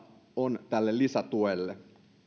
on tarvetta tälle lisätuelle koulujen